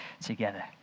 together